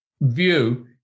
view